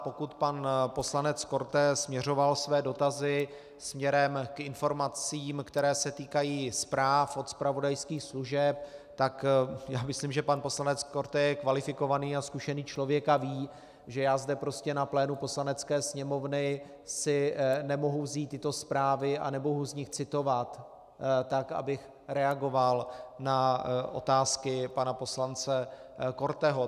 Pokud pan poslanec Korte směřoval své dotazy směrem k informacím, které se týkají zpráv od zpravodajských služeb, tak myslím, že pan poslanec Korte je kvalifikovaný a zkušený člověk a ví, že já zde prostě na plénu Poslanecké sněmovny si nemohu vzít tyto zprávy a nemohu z nich citovat tak, abych reagoval na otázky pana poslance Korteho.